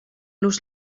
los